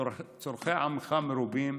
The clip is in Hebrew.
צורכי עמך מרובים,